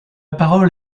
parole